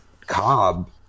Cobb